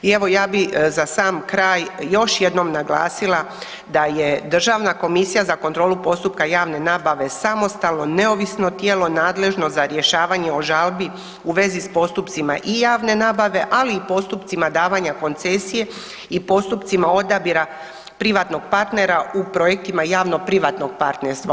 I evo ja bih za sam kraj još jednom naglasila da je Državna komisija za kontrolu postupka javne nabave samostalno, neovisno tijelo nadležno za rješavanje o žalbi u vezi s postupcima i javne nabave, ali i postupcima davanja koncesije i postupcima odabira privatnog partnera u projektima javno-privatnog partnerstva.